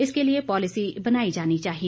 इसके लिए पॉलिसी बनाई जानी चाहिए